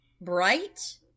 bright